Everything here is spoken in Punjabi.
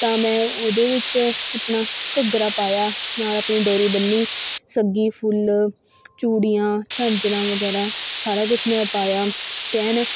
ਤਾਂ ਮੈਂ ਉਹਦੇ ਵਿੱਚ ਆਪਣਾ ਘੱਗਰਾ ਪਾਇਆ ਨਾਲ ਆਪਣੀ ਡੋਰੀ ਬੰਨੀ ਸੱਗੀ ਫੁੱਲ ਚੂੜੀਆਂ ਝਾਂਜਰਾਂ ਵਗੈਰਾ ਸਾਰਾ ਕੁਛ ਮੈਂ ਪਾਇਆ ਅਤੇ ਐਨ